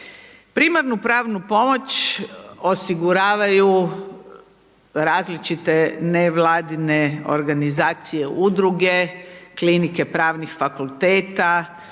Primarnu pravnu pomoć, osiguravaju različite nevladine organizacije, udruge, klinike pravnih fakulteta,